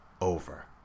over